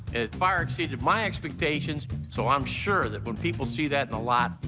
it far exceeded my expectations, so i'm sure that when people see that in the lot,